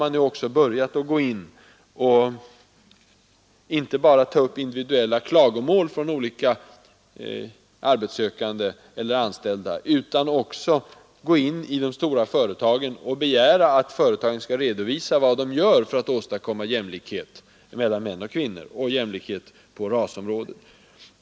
Därför tar man nu inte bara upp individuella klagomål från olika arbetssökande eller anställda, utan man går också in i stora företag och begär att företagen skall redovisa vad de gör för att åstadkomma jämlikhet mellan män och kvinnor samt jämlikhet på rasområdet.